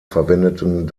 verwendeten